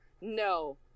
no